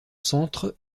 centre